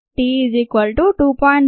t2